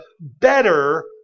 better